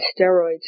steroids